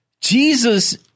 Jesus